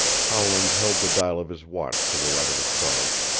howland held the dial of his watch to the light of the stars.